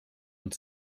und